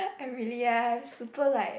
I really ya I'm super like